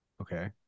Okay